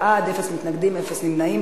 אין מתנגדים, אין נמנעים.